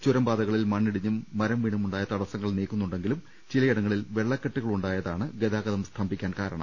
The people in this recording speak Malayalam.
ചുരം പാതകളിൽ മണ്ണിടിഞ്ഞും മരം വീണുമുണ്ടായ തടസ്സങ്ങൾ നീക്കുന്നുണ്ടെങ്കിലും ചിലയിടങ്ങ ളിൽ വെള്ളക്കെട്ടുകളുണ്ടായതാണ് ഗൃതാഗതം സ്തംഭിക്കാൻ കാരണം